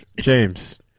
James